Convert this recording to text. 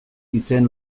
izen